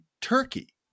Turkey